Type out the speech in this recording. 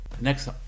Next